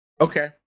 Okay